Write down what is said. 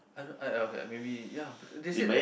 I don't know okay maybe ya because they said that